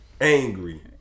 angry